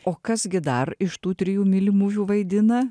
o kas gi dar iš tų trijų mylimųjų vaidina